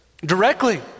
directly